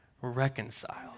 reconciled